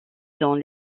dans